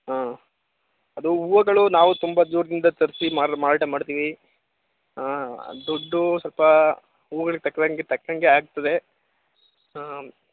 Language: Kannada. ಹಾಂ ಅದು ಹೂವಗಳು ನಾವು ತುಂಬ ದೂರದಿಂದ ತರಿಸಿ ಮಾರಿ ಮಾರಾಟ ಮಾಡ್ತೀವಿ ಹಾಂ ದುಡ್ಡು ಸ್ವಲ್ಪಾ ಹೂವುಗಳಿಗೆ ತಕ್ಕನಂಗೆ ತಕ್ಕಂಗೆ ಆಗ್ತದೆ ಹ್ಞೂ